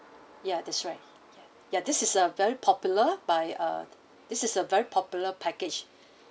ya that's right ya this is a very popular by uh this is a very popular package